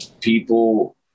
people